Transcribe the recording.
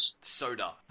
soda